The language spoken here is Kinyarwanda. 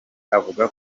avuga